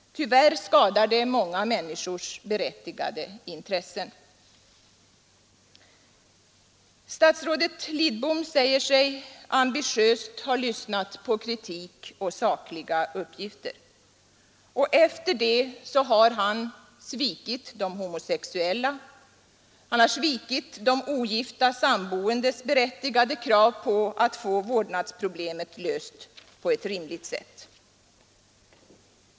Tyvärr skadar det många människors berättigade intressen. Statsrådet Lidbom säger sig ambitiöst ha lyssnat på kritik och sakliga uppgifter. Efter det har han svikit de homosexuella, och han har svikit de ogifta samboendes berättigade krav på att få vårdnadsproblemet löst på ett rimligt sätt.